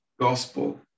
gospel